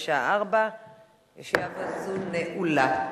בשעה 16:00. ישיבה זו נעולה.